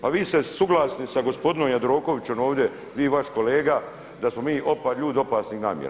Pa vi ste suglasni sa gospodinom Jandrokovićem ovdje, vi i vaš kolega da smo mi ljudi opasnih namjera.